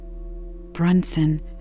Brunson